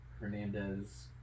Hernandez